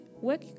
Work